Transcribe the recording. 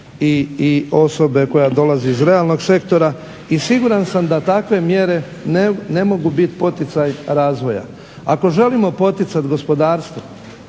i osobe koja dolazi iz realnog sektora. I siguran sam da takve mjere ne mogu biti poticaj razvoja. Ako želimo poticati gospodarstvo,